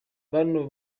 bano